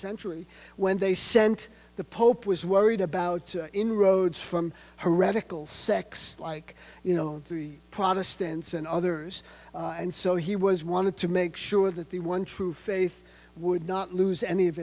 century when they sent the pope was worried about inroads from heretical sex like you know the protestants and others and so he was wanted to make sure that the one true faith would not lose any of